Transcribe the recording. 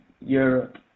Europe